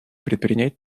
предпринять